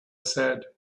said